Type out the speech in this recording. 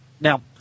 Now